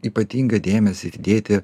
ypatingą dėmesį ir dėti